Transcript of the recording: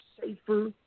safer